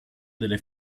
delle